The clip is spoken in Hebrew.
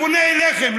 תוסיף לו 20 דקות.